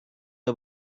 nur